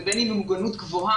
ובין אם היא מוגנות גבוהה,